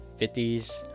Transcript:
50s